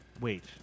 Wait